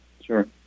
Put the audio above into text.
sure